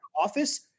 office